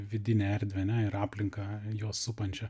vidinę erdvę ane ir aplinką juos supančią